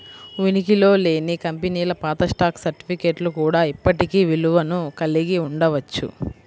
ఉనికిలో లేని కంపెనీల పాత స్టాక్ సర్టిఫికేట్లు కూడా ఇప్పటికీ విలువను కలిగి ఉండవచ్చు